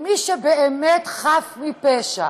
מי שבאמת חף מפשע,